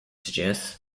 suggests